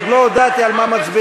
עוד לא הודעתי על מה מצביעים.